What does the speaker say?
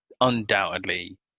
undoubtedly